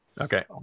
Okay